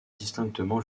distinctement